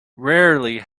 rarely